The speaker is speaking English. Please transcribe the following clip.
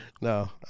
No